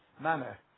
manner